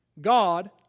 God